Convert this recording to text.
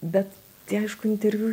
bet tai aišku interviu